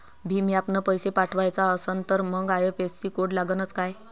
भीम ॲपनं पैसे पाठवायचा असन तर मंग आय.एफ.एस.सी कोड लागनच काय?